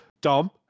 Dom